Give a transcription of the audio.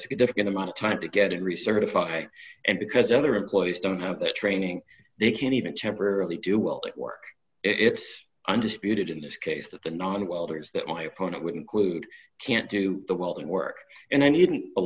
significant amount of time to get in recertify and because other employees don't have the training they can even temporarily do well at work it's undisputed in this case that the non welders that my opponent would include can't do the welding work and i needn't